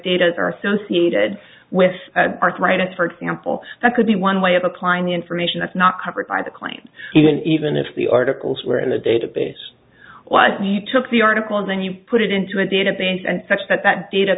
data are associated with arthritis for example that could be one way of applying the information that's not covered by the claim even even if the articles were in the database what you took the article and then you put it into a database and such that that data